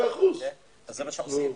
זה מה שאנחנו עושים.